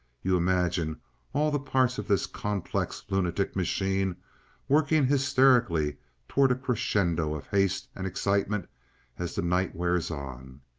you imagine all the parts of this complex lunatic machine working hysterically toward a crescendo of haste and excitement as the night wears on.